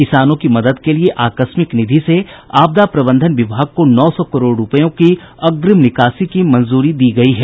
किसानों की मदद के लिए आकस्मिक निधि से आपदा प्रबंधन विभाग को नौ सौ करोड़ रुपयों की अग्रिम निकासी की मंजूरी दी गयी है